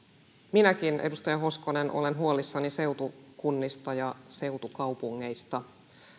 minäkin edustaja hoskonen olen huolissani seutukunnista ja seutukaupungeista